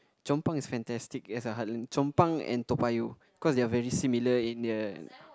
Chong pang is fantastic as a heartland Chong pang and Toa-Payoh cause they are very similar in the